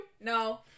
no